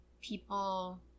people